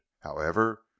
However